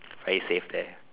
very safe there